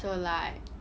so like